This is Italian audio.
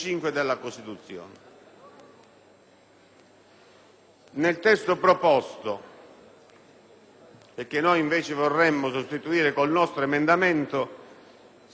Nel testo proposto, che noi vorremo sostituire con il nostro emendamento, si dice invece